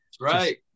Right